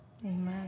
Amen